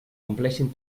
compleixin